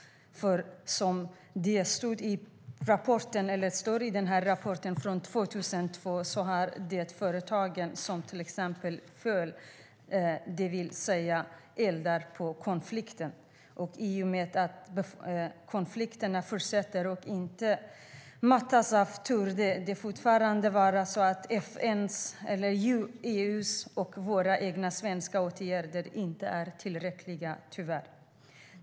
Som det stod i rapporten från 2002 så är det företagen som "fuel", det vill säga eldar på konflikten. I och med att konflikterna fortsätter och inte mattas av torde det fortfarande vara så att FN:s, EU:s och våra egna svenska åtgärder inte är tillräckliga, tyvärr.